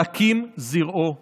להקים את זרעו אחריו.